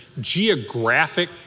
geographic